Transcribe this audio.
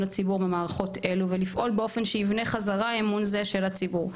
הציבור במערכות אלו ולפעול באופן שיבנה בחזרה אמון זה של הציבור.